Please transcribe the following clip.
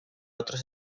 otros